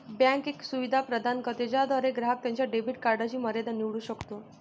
bank एक सुविधा प्रदान करते ज्याद्वारे ग्राहक त्याच्या डेबिट कार्डची मर्यादा निवडू शकतो